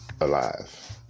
alive